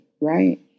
Right